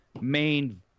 main